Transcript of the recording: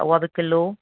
उहा बि किलो